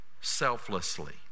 selflessly